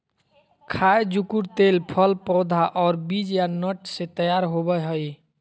खाय जुकुर तेल फल पौधा और बीज या नट से तैयार होबय हइ